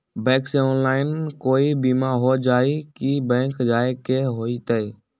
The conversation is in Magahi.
बैंक से ऑनलाइन कोई बिमा हो जाई कि बैंक जाए के होई त?